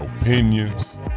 opinions